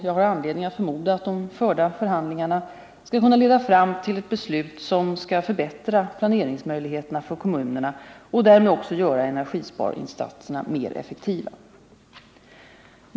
Jag har anledning förmoda att de förda förhandlingarna skall kunna leda fram till ett beslut som skall förbättra planeringsmöjligheterna för kommunerna och därmed också göra energisparinsatserna mer effektiva.